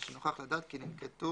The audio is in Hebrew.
ושנוכח לדעת כי ננקטו